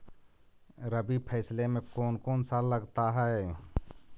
रबी फैसले मे कोन कोन सा लगता हाइय?